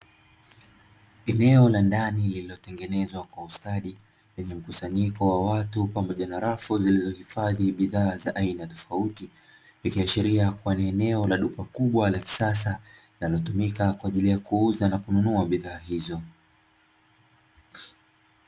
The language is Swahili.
Eneo la ndani lilotengenezwa kwa ustadi lilo hifadhi bidhaa tofauti kwajili ya ununuzi kwa wateja linaloonekana ni eneo linalotumika kwaajili ya uuzaji wa bidhaa hizo